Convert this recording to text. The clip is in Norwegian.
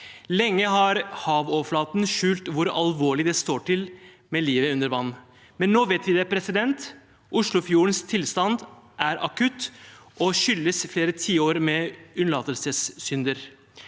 Lenge har havoverflaten skjult hvor alvorlig det står til med livet under vann. Men nå vet vi det: Oslofjordens tilstand er akutt og skyldes flere tiår med unnlatelsessynder.